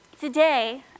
today